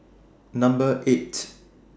Number eight